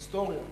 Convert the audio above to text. היסטוריה.